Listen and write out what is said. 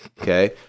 okay